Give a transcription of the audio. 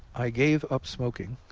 i gave up smoking,